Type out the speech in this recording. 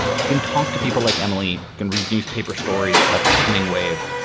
you can talk to people like emily, you can reduce paper stories about the coming wave,